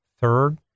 third